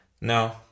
No